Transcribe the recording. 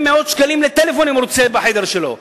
מאות שקלים אם הוא רוצה בחדר שלו טלפון.